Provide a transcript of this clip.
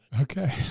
Okay